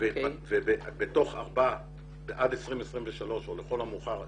חודשים ועד 2023 או לכל המאוחר 2024,